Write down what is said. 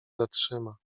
zatrzyma